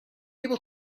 able